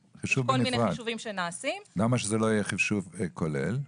כל מיני חישובים שנעשים --- למה שזה לא יהיה חישוב כולל?